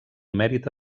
mèrit